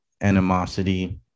animosity